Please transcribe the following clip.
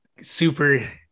super